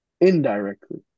Indirectly